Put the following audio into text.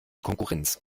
konkurrenz